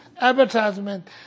advertisement